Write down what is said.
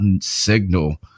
signal